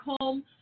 home